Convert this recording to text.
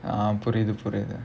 ah புரிது புரிது:purithu purithu